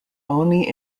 only